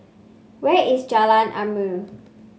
where is Jalan Ilmu